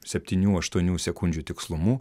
septynių aštuonių sekundžių tikslumu